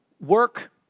Work